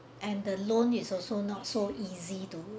and the loan is also not so easy to